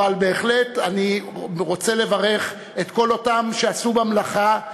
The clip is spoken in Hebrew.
אבל בהחלט אני רוצה לברך את כל אותם שעשו במלאכה,